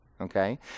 okay